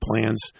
plans